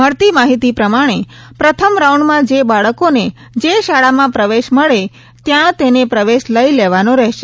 મળતી માહિતી પ્રમાણે પ્રથમ રાઉન્ડમાં જે બાળકોને જે શાળામાં પ્રવેશ મળે ત્યાં તેને પ્રવેશ લઈ લેવાનું રહેશે